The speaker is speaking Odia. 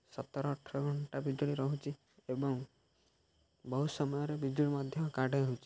ସତର ଅଠର ଘଣ୍ଟା ବିଜୁଳି ରହୁଛି ଏବଂ ବହୁତ ସମୟରେ ବିଜୁଳି ମଧ୍ୟ କାଟା ହେଉଛି